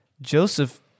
Joseph